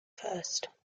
first